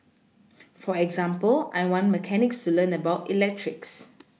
for example I want mechanics to learn about electrics